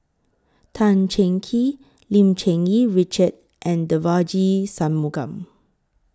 Tan Cheng Kee Lim Cherng Yih Richard and Devagi Sanmugam